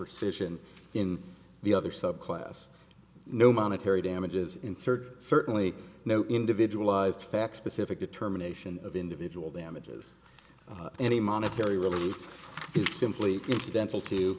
situation in the other subclass no monetary damages inserted certainly no individual ised facts specific determination of individual damages any monetary relief simply dental t